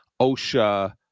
OSHA